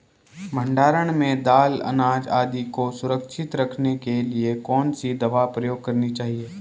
भण्डारण में दाल अनाज आदि को सुरक्षित रखने के लिए कौन सी दवा प्रयोग करनी चाहिए?